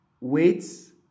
weights